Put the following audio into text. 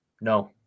No